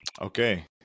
Okay